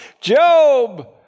Job